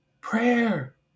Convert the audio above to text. Prayer